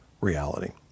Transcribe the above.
reality